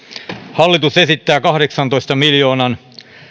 hallitus esittää kahdeksantoista miljoonan